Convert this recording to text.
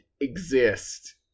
exist